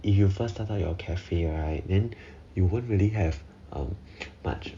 if you first start up your cafe right then you won't really have uh much